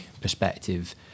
perspective